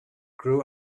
grew